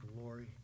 glory